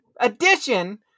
edition